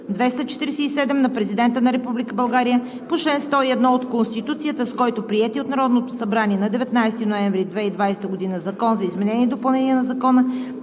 247 на Президента на Република България по чл. 101 от Конституцията, с който приетият от Народното събрание на 19 ноември 2020 г. Закон за изменение и допълнение на Закона